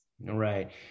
Right